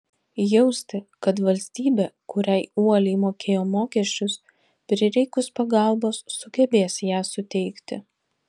jausti kad valstybė kuriai uoliai mokėjo mokesčius prireikus pagalbos sugebės ją suteikti